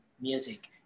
music